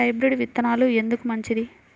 Hybrid విత్తనాలు ఎందుకు మంచిది?